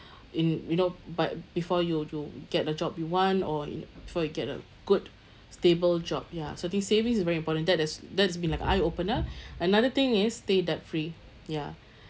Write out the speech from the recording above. in you know by before you you get a job you want or before you get a good stable job ya so I think savings is very important that has that has been like an eye-opener another thing is stay debt-free ya